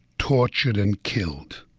tortured, and killed